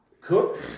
cook